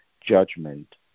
judgment